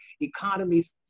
Economies